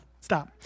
stop